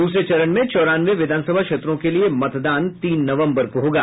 द्रसरे चरण में चौरानवे विधानसभा क्षेत्रों के लिए मतदान तीन नवम्बर को होगा